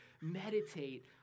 meditate